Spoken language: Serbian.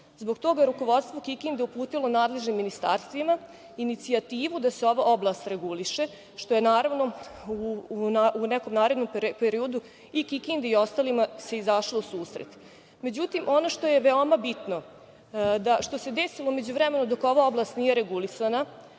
Zbog toga je rukovodstvo Kikinde uputilo nadležnim ministarstvima inicijativu da se ova oblast reguliše, što se u nekom narednom periodu i Kikindi i ostalima izašlo u susret.Međutim, ono što je veoma bitno, a što se desilo u međuvremenu dok ova oblast nije regulisana,